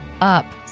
up